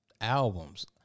albums